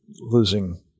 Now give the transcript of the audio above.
losing